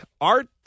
art